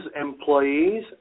employees